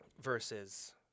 versus